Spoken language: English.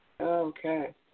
Okay